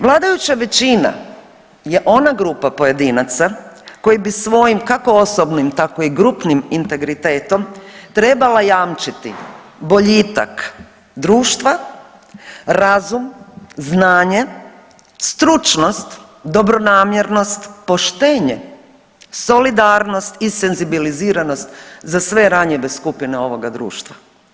Vladajuća većina je ona grupa pojedinaca koji bi svojim kako osobnim tako i grupnim integritetom trebala jamčiti boljitak društva, razum, znanje, stručnost, dobronamjernost, poštenje, solidarnost i senzibiliziranost za sve ranjive skupine ovoga društva.